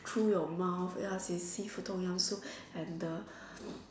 through your mouth ya the seafood Tom-Yum soup have the